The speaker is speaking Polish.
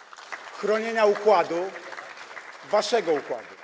chronienia układu, waszego układu.